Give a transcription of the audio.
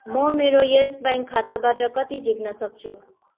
म मेरो यस ब्याङ्क खाताबाट कति झिक्न सक्छु